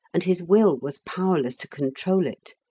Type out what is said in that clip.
and his will was powerless to control it.